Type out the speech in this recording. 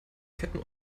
ketten